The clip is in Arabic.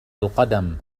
القدم